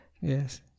Yes